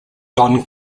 don